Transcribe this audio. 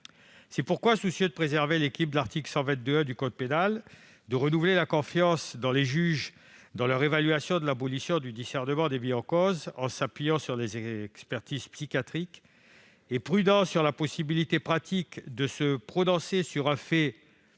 C'est pourquoi, soucieux de préserver l'équilibre de l'article 122-1 du code pénal, de renouveler notre confiance dans la capacité des juges à évaluer l'abolition du discernement des mis en cause en s'appuyant sur les expertises psychiatriques, et prudent quant à la possibilité pratique de se prononcer sur un fait